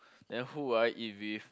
then who I eat with